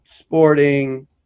sporting